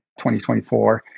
2024